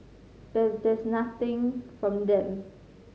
but there's been nothing from them